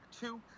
two